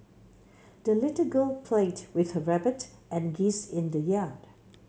the little girl played with her rabbit and geese in the yard